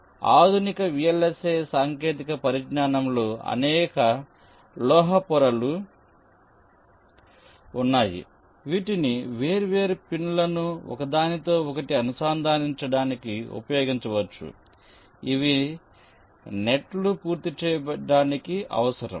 కాబట్టి ఆధునిక VLSI సాంకేతిక పరిజ్ఞానంలో అనేక లోహ పొరలు ఉన్నాయి వీటిని వేర్వేరు పిన్లను ఒకదానితో ఒకటి అనుసంధానించడానికి ఉపయోగించవచ్చు ఇవి నెట్ లు పూర్తి చేయడానికి అవసరం